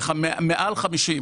מעל 50,